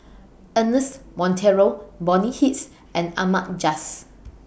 Ernest Monteiro Bonny Hicks and Ahmad Jais